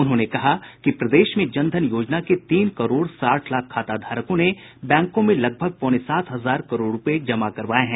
उन्होंने कहा कि प्रदेश में जन धन योजना के तीन करोड़ साठ लाख खाता धारकों ने बैंकों में लगभग पौने सात हजार करोड़ रूपये जमा करवाये हैं